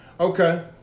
Okay